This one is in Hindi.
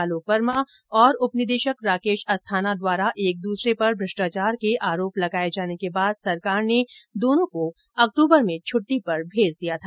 आलोक वर्मा और उपनिदेशक राकेश अस्थाना द्वारा एक दूसरे पर भ्रष्टाचार के आरोप लगाए जाने के बाद सरकार ने दोनों को अक्टूबर में छ्टटी पर भेज दिया था